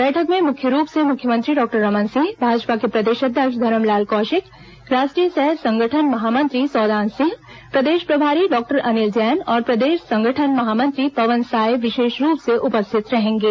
बैठक में मुख्य रूप से मुख्यमंत्री डॉक्टर रमन सिंह भाजपा के प्रदेश अध्यक्ष धरमलाल कौशिक राष्ट्रीय सह संगठन महामंत्री सौदान सिंह प्रदेश प्रभारी डॉक्टर अनिल जैन और प्रदेश संगठन महामंत्री पवन साय विशेष रूप से उपस्थित रहेंगे